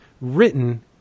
written